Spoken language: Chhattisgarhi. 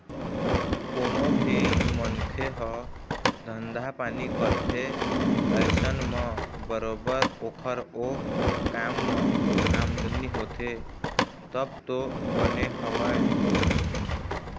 कोनो भी मनखे ह धंधा पानी करथे अइसन म बरोबर ओखर ओ काम म आमदनी होथे तब तो बने हवय